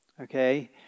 okay